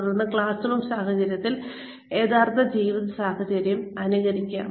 തുടർന്ന് ക്ലാസ്റൂം സാഹചര്യത്തിനുള്ളിൽ യഥാർത്ഥ ജീവിത സാഹചര്യം അനുകരിക്കുക